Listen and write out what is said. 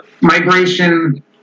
migration